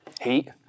heat